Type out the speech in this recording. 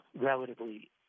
relatively